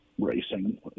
racing